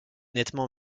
nettement